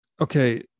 Okay